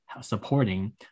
supporting